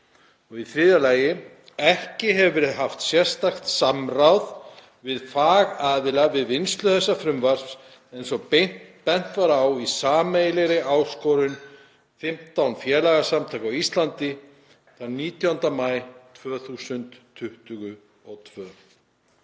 jaðarhópa. Ekki hefur verið haft sérstakt samráð við fagaðila við vinnslu þessa frumvarps, eins og bent var á í sameiginlegri áskorun 15 félagasamtaka á Íslandi þann 19. maí 2022.“